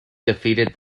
defeated